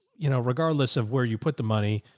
you know, regardless of where you put the money,